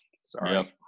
Sorry